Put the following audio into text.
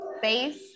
face